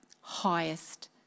highest